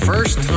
first